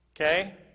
okay